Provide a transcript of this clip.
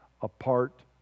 apart